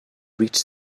reach